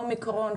אומיקרון,